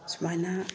ꯁꯨꯃꯥꯏꯅ